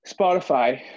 Spotify